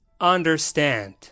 Understand